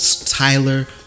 Tyler